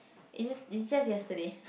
it's just it's just yesterday